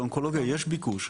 לאונקולוגיה יש ביקוש,